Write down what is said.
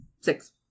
Six